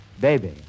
Baby